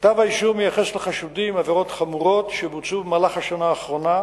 כתב האישום מייחס לחשודים עבירות חמורות שבוצעו במהלך השנה האחרונה,